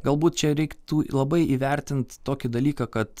galbūt čia reiktų labai įvertint tokį dalyką kad